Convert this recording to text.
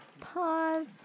Pause